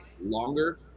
longer